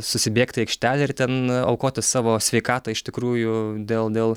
susibėgti į aikštelę ir ten aukoti savo sveikatą iš tikrųjų dėl dėl